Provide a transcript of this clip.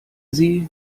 sie